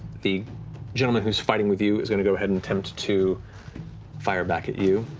the gentleman who's fighting with you is going to go ahead and attempt to fire back at you.